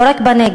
לא רק בנגב,